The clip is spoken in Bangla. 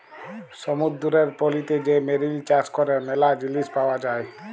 সমুদ্দুরের পলিতে যে মেরিল চাষ ক্যরে ম্যালা জিলিস পাওয়া যায়